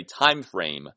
timeframe